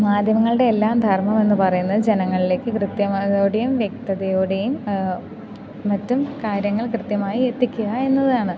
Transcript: മാധ്യമങ്ങളുടെ എല്ലാ ധർമ്മം എന്നു പറയുന്നത് ജനങ്ങളിലേക്ക് കൃത്യമായതോടെയും വ്യക്തതയോടെയും മറ്റും കാര്യങ്ങൾ കൃത്യമായി എത്തിക്കുക എന്നതാണ്